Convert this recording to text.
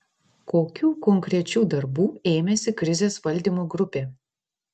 kokių konkrečių darbų ėmėsi krizės valdymo grupė